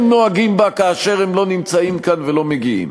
נוהגים בה כאשר הם לא נמצאים כאן ולא מגיעים.